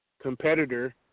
competitor